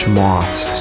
moths